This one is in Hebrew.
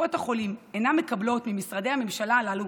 שקופות החולים אינן מקבלות ממשרדי הממשלה הללו